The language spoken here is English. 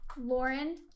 Lauren